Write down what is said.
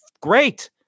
great